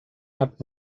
hat